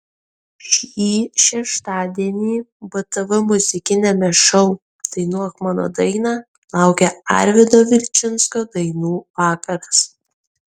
šį šeštadienį btv muzikiniame šou dainuok mano dainą laukia arvydo vilčinsko dainų vakaras